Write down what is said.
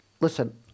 listen